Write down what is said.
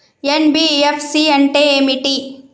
NBFC అంటే ఏమిటి?